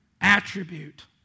attribute